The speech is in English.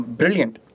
brilliant